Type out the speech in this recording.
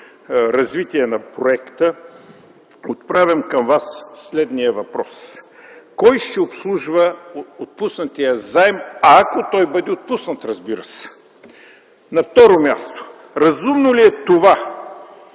развитие на проекта, отправям към Вас следния въпрос. Кой ще обслужва отпуснатия заем, ако той бъде отпуснат, разбира се? На второ място, разумно ли е това